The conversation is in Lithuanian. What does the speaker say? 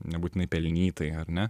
nebūtinai pelnytai ar ne